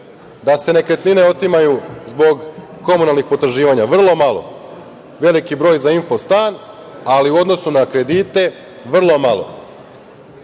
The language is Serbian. da se nekretnine otimaju zbog komunalnih potraživanja? Vrlo malo. Veliki broj za infostan, ali u odnosu na kredite, vrlo malo. Kada